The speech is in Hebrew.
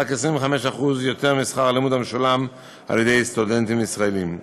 רק 25% יותר משכר הלימוד המשולם על ידי סטודנטים ישראלים.